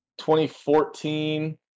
2014